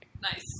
Nice